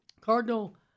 Cardinal